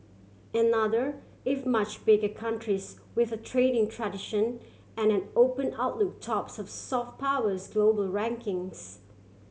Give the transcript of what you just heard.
another if much bigger countries with a trading tradition and an open outlook tops the soft powers global rankings